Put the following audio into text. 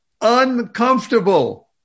uncomfortable